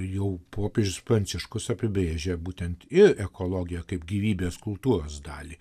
jau popiežius pranciškus apibrėžia būtent ir ekologiją kaip gyvybės kultūros dalį